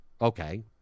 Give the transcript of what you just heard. Okay